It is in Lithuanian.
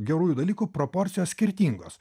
gerųjų dalykų proporcijos skirtingos